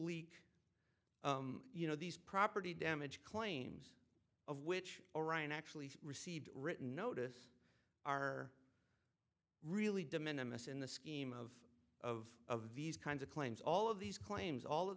leak you know these property damage claims of which orion actually received written notice are really de minimus in the scheme of of of these kinds of claims all of these claims all of